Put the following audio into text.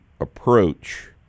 approach